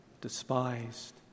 despised